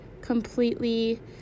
completely